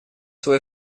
свой